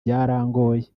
byarangoye